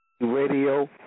radio